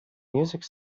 music